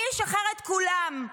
אני אשחרר את כולם.